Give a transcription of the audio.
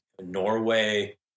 Norway